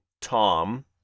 tom